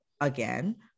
again